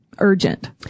urgent